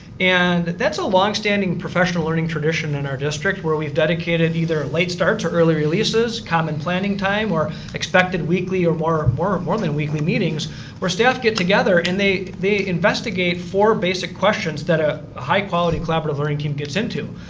and that's a long-standing professional learning tradition in our district where we've dedicated either late starts or early releases, common planning time, or expected weekly or more ah or more than weekly meetings where staff get together and they they investigate four basic questions that a high quality collaborative learning team gets into.